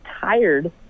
tired